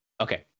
Okay